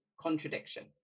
contradiction